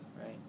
right